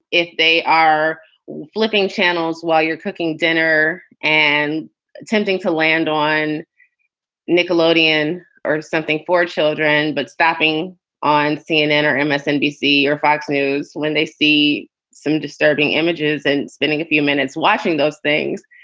if they are flipping channels while you're cooking dinner and attempting to land on nickelodeon or something for children, but stopping on cnn or and msnbc or fox news when they see some disturbing images and spending a few minutes watching those things,